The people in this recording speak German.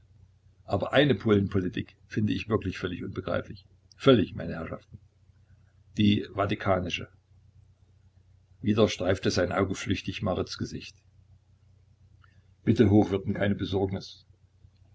aber eine polenpolitik find ich wirklich völlig unbegreiflich völlig meine herrschaften die vatikanische wieder streifte sein auge flüchtig marits gesicht bitte hochwürden keine besorgnis